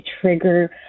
trigger